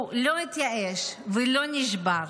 הוא לא התייאש ולא נשבר.